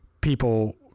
people